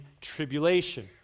tribulation